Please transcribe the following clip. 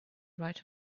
write